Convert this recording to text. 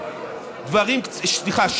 סליחה,